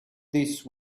these